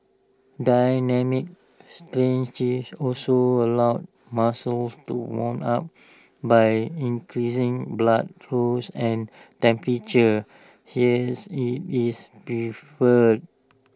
dynamic stretching also allows muscles to warm up by increasing blood flows and temperature hence IT is preferred